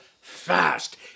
fast